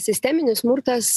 sisteminis smurtas